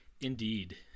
Indeed